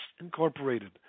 Incorporated